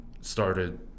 started